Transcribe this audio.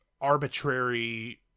arbitrary